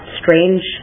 strange